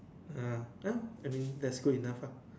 I mean that is good enough lah